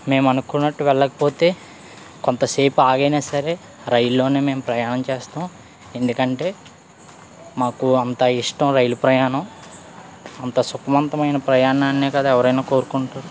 మేము అనుకున్నట్టు వెళ్ళకపోతే కొంతసేపు ఆగి అయిన సరే రైలులో మేము ప్రయాణం చేస్తాం ఎందుకంటే మాకు అంత ఇష్టం రైలు ప్రయాణం అంత సుఖవంతమైన ప్రయాణాన్ని కదా ఎవరైనా కోరుకుంటారు